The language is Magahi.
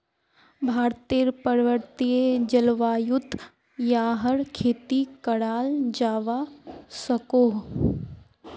भारतेर पर्वतिये जल्वायुत याहर खेती कराल जावा सकोह